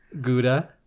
gouda